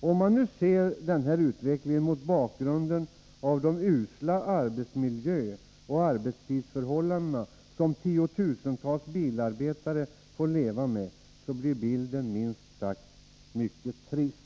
Om man nu ser den här utvecklingen mot bakgrunden av de usla arbetsmiljöoch arbetstidsförhållanden som tiotusentals bilarbetare får leva med blir bilden minst sagt mycket trist.